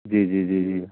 ਜੀ ਜੀ ਜੀ ਜੀ